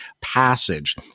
passage